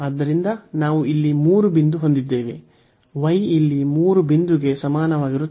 ಆದ್ದರಿಂದ ನಾವು ಇಲ್ಲಿ 3 ಬಿಂದು ಹೊಂದಿದ್ದೇವೆ y ಇಲ್ಲಿ 3 ಬಿಂದುಗೆ ಸಮಾನವಾಗಿರುತ್ತದೆ